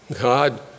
God